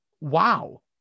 wow